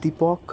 Dipak